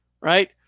Right